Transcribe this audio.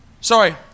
sorry